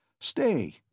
Stay